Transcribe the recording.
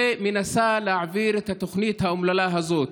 ומנסה להעביר את התוכנית האומללה הזאת.